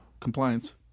Compliance